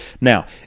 Now